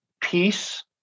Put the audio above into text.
peace